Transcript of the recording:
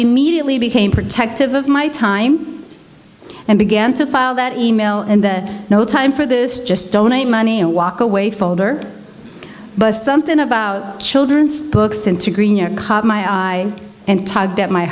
e mediately became protective of my time and began to file that email and that no time for this just donate money and walk away folder but something about children's books into green it caught my eye and t